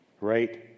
right